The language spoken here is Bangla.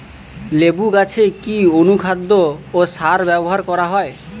লেবু গাছে কি অনুখাদ্য ও সার ব্যবহার করা হয়?